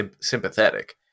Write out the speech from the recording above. sympathetic